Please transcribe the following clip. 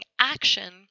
action